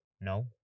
no